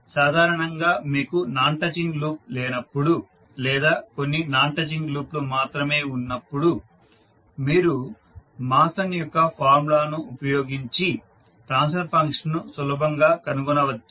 సాధారణంగా మీకు non touching loop లేనప్పుడు లేదా కొన్ని నాన్ టచింగ్ లూప్లు మాత్రమే ఉన్నప్పుడు మీరు మాసన్ యొక్క ఫార్ములాను ఉపయోగించి ట్రాన్స్ఫర్ ఫంక్షన్ను సులభంగా కనుగొనవచ్చు